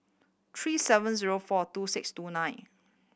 three seven zero four two six two nine